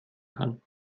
kann